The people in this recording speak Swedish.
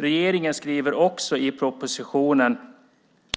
Regeringen skriver också i propositionen: